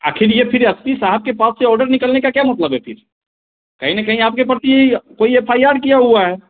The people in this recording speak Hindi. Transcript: आखिर ये फिर एस पी साहब के पास से ऑर्डर निकलने का क्या मतलब है फिर कहीं न कहीं आपके प्रति कोई एफ आई आर किया हुआ है